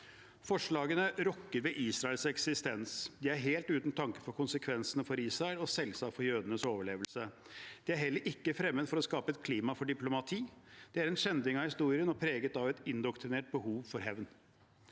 Forslagene rokker ved Israels eksistens. De er helt uten tanke for konsekvensene for Israel og selvsagt for jødenes overlevelse. De er heller ikke fremmet for å skape et klima for diplomati. De er en skjending av historien og preget av et indoktrinert behov for hevn.